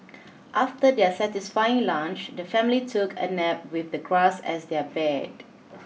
after their satisfying lunch the family took a nap with the grass as their bed